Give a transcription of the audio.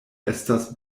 estas